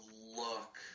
look